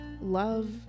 love